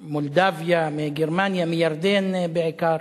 ממולדובה, מגרמניה, מירדן בעיקר,